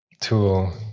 tool